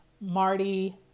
Marty